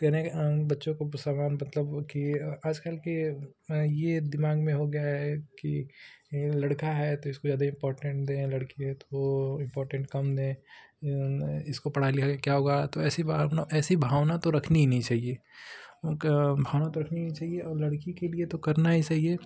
कहने का बच्चों को समान मतलब कि आजकल के यह दिमाग में हो गया है कि लड़का है तो इसको जादे इम्पॉर्टेन्ट दें लड़की है तो इम्पॉर्टेन्ट कम दें इसको पढ़ा लिखा कर क्या होगा तो ऐसी भावना ऐसी भावना तो रखनी ही नहीं चाहिए उनका भवना तो रखनी ही नहीं चाहिए और लड़की के लिए तो करना ही सही है